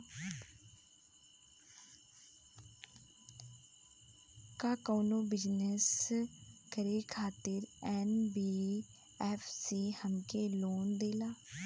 का कौनो बिजनस करे खातिर एन.बी.एफ.सी हमके लोन देला?